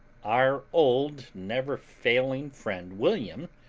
our old, never-failing friend, william,